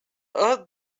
earth